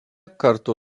kartu